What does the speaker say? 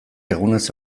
egunez